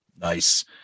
Nice